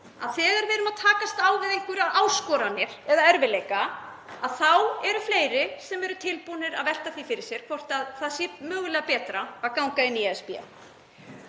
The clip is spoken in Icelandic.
að þegar við erum að takast á við einhverjar áskoranir eða erfiðleika þá eru fleiri sem eru tilbúnir að velta því fyrir sér hvort það sé mögulega betra að ganga í ESB.